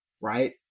right